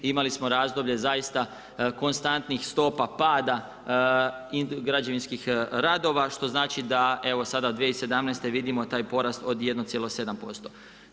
Imali smo razdoblje zaista konstantnih stopa pada građevinskih radova, što znači da evo sada 2017. vidimo taj porast od 1,7%